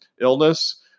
illness